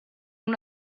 una